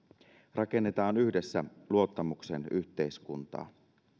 rakennetaan yhdessä luottamuksen yhteiskuntaa